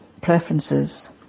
preferences